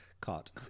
caught